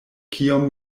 kiom